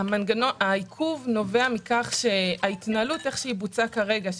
העיכוב נובע מכך שההתנהלות כפי שבוצעה כרגע,